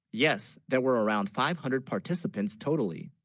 yes there were around five hundred participants totally